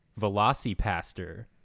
Velocipaster